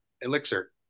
elixir